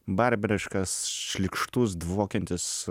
barbariškas šlykštus dvokiantis